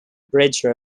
bridge